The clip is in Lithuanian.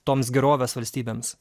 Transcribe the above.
toms gerovės valstybėms